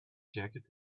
jacket